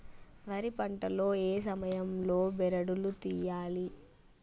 వరి పంట లో ఏ సమయం లో బెరడు లు తియ్యాలి?